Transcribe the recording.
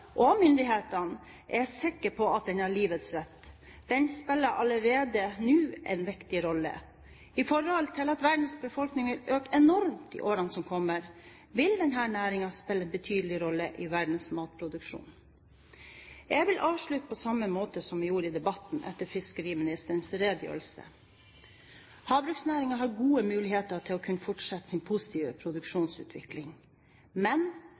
og myndighetene, er jeg sikker på at den har livets rett. Den spiller allerede nå en viktig rolle. Sett i forhold til at verdens befolkning vil øke enormt i årene som kommer, vil denne næringen spille en betydelig rolle i verdens matproduksjon. Jeg vil avslutte på samme måte som jeg gjorde i debatten etter fiskeriministerens redegjørelse. Havbruksnæringen har gode muligheter til å kunne fortsette sin positive produksjonsutvikling, men